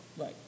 Right